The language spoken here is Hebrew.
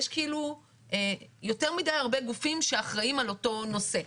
יש כאילו יותר מדי הרבה גופים שאחראים על אותו נושא.